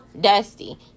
dusty